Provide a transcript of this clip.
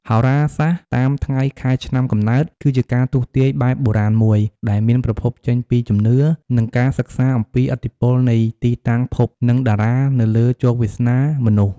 ហោរាសាស្ត្រតាមថ្ងៃខែឆ្នាំកំណើត គឺជាការទស្សន៍ទាយបែបបុរាណមួយ ដែលមានប្រភពចេញពីជំនឿ និងការសិក្សាអំពីឥទ្ធិពលនៃទីតាំងភព និងតារានៅលើជោគវាសនាមនុស្ស។